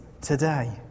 today